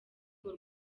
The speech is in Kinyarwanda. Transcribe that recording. ngo